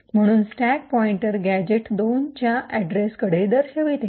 म्हणून stack pointer gadget two च्या अड्रेसकडे दर्शवित आहे